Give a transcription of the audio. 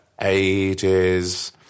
ages